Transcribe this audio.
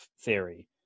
theory